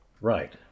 Right